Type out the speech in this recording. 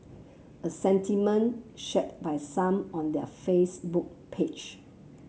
a sentiment shared by some on their Facebook page